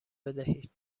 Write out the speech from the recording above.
بدهید